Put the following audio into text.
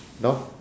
know